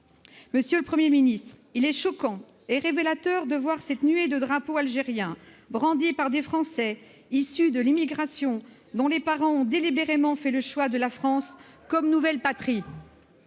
Monsieur le Premier ministre, il est choquant et révélateur de voir cette nuée de drapeaux algériens brandis par des Français issus de l'immigration, dont les parents ont délibérément fait le choix de la France comme nouvelle patrie.